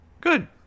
good